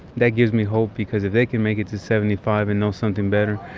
that gives me hope, because if they can make it to seventy five and know something better,